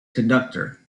conductor